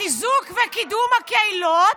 המשרד לחיזוק וקידום הקהילות,